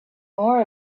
more